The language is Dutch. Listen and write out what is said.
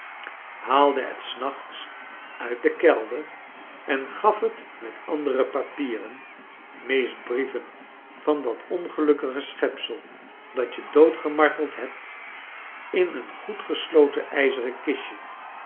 haalde het s nachts uit den kelder en gaf het met andere papieren meest brieven van dat ongelukkige schepsel clat je dood gemarteld hebt in een goed gesloten ijzeren kistje